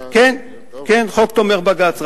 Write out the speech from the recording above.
כן, חוק תומך בג"ץ.